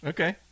Okay